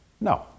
No